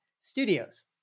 studios